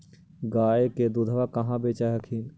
गया के दूधबा कहाँ बेच हखिन?